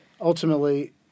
Ultimately